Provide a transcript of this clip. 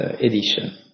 edition